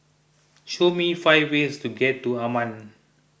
show me five ways to get to Amman